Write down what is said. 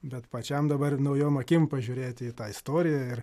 bet pačiam dabar naujom akim pažiūrėti į tą istoriją ir